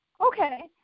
okay